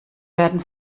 werden